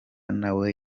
nawe